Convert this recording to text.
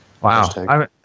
Wow